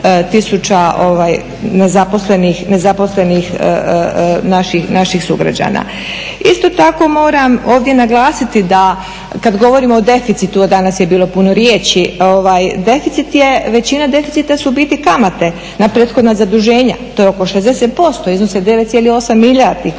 nezaposlenih naših sugrađana. Isto tako moram ovdje naglasiti da kad govorimo o deficitu, a danas je bilo puno riječi, većina deficita su u biti kamate na prethodna zaduženja. To je oko 60%, iznose 9,8 milijardi